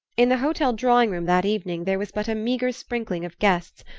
in the hotel drawing-room that evening there was but a meagre sprinkling of guests,